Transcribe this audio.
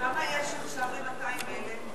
כמה יש עכשיו ל-200,000?